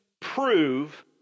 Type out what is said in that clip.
prove